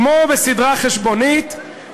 כמו בסדרה חשבונית,